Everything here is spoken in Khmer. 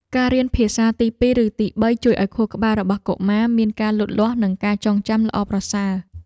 ការរៀនភាសាទីពីរឬទីបីជួយឱ្យខួរក្បាលរបស់កុមារមានការលូតលាស់និងការចងចាំល្អប្រសើរ។